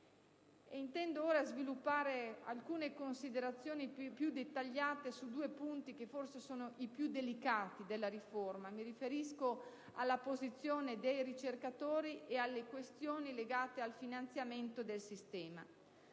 Intendo ora sviluppare alcune considerazioni più dettagliate su due punti che forse sono i più delicati della riforma: mi riferisco alla posizione dei ricercatori e alle questioni legate al finanziamento del sistema.